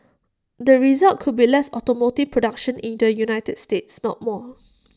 the result could be less automotive production in the united states not more